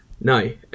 No